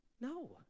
No